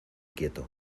quieto